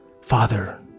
Father